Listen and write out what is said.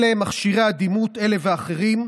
אלה הם מכשירי הדימות, אלה ואחרים.